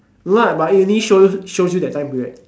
no lah but it only shows shows you that time period